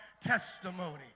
testimony